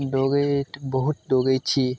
बहुत दौड़ै छी